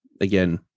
Again